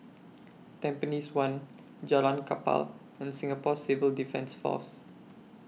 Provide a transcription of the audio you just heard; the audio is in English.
Tampines one Jalan Kapal and Singapore Civil Defence Force